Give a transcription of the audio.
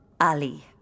Ali